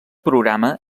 programa